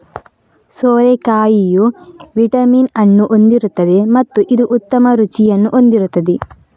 ಸೋರೆಕಾಯಿಯು vitamin ಅನ್ನು ಹೊಂದಿರುತ್ತದೆ ಮತ್ತು ಇದು ಉತ್ತಮ ರುಚಿಯನ್ನು ಹೊಂದಿರುತ್ತದೆ